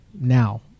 now